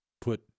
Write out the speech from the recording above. put